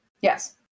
Yes